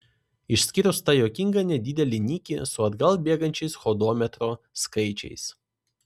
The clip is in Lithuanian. išskyrus tą juokingą nedidelį nikį su atgal bėgančiais hodometro skaičiais